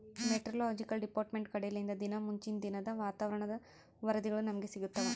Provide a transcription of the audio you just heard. meteorological department ಕಡೆಲಿಂದ ದಿನಾ ಮುಂಚಿನ ದಿನದ ವಾತಾವರಣ ವರದಿಗಳು ನಮ್ಗೆ ಸಿಗುತ್ತವ